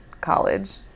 college